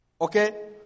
Okay